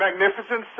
Magnificent